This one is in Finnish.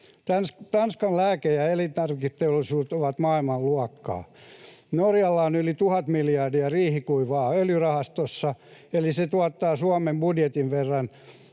Tanskan lääke‑ ja elintarviketeollisuudet ovat maailmanluokkaa. Norjalla on yli 1 000 miljardia riihikuivaa öljyrahastossa, eli se tuottaa Suomen budjetin verran